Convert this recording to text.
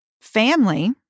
family